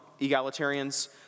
egalitarians